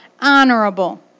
honorable